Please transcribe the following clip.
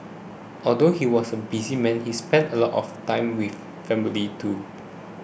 although he was a busy man he spent a lot of time with family too